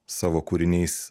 savo kūriniais